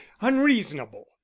unreasonable